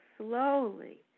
slowly